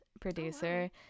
producer